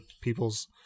people's